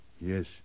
yes